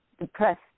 depressed